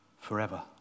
forever